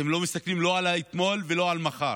אתם לא מסתכלים לא על האתמול ולא על המחר.